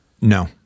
No